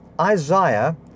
Isaiah